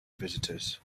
visitors